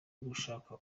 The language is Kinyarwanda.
gushaka